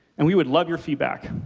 and we would love your feedback.